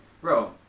bro